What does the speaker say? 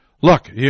Look